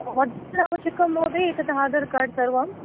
original अवश्यकं महोदय एतत् आधार् कार्ड् सर्वं